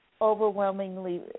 overwhelmingly